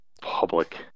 public